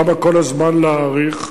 למה כל הזמן להאריך,